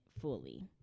fully